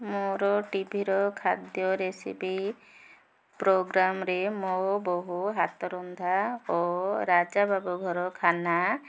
ମୋର ଟିଭିର ଖାଦ୍ୟ ରେସିପି ପ୍ରୋଗ୍ରାମ୍ରେ ମୋ ବୋହୁ ହାତ ରନ୍ଧା ଓ ରାଜା ବାବୁ ଘରଖାନା